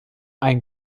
ein